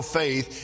faith